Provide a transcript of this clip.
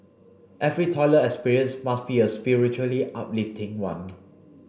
every toilet experience must be a spiritually uplifting one